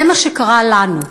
זה מה שקרה לנו,